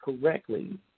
correctly